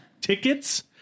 tickets